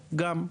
יעברו גם.